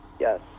yes